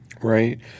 Right